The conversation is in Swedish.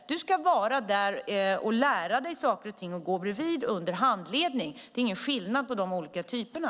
Du ska vara där och lära dig saker och ting och gå bredvid under handledning. Det är ingen skillnad på de olika typerna.